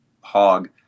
hog